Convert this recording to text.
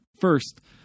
First